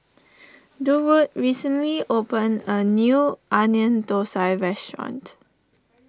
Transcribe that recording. Durwood recently opened a new Onion Thosai restaurant